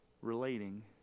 relating